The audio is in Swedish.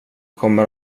kommer